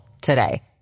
today